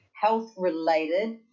health-related